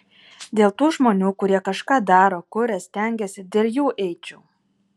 dėl tų žmonių kurie kažką daro kuria stengiasi dėl jų eičiau